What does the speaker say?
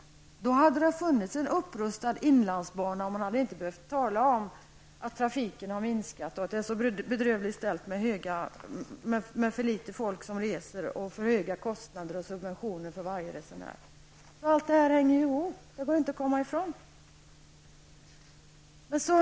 Då hade det funnits en upprustad inlandsbana, och man hade inte behövt tala om att trafiken har minskat, att det är så bedrövligt ställt med för litet folk som reser, för höga kostnader och subventioner för varje resenär. Allt detta hänger ihop, det kan man inte komma ifrån.